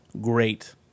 great